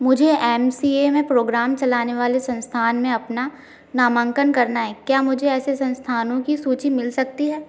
मुझे M C A में programme चलाने वाले संस्थान में अपना नामंकन करना है क्या मुझे ऐसे संस्थानों की सूची मिल सकती है